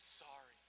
sorry